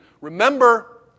remember